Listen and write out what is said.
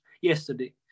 yesterday